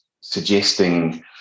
suggesting